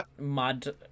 mud